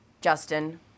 Justin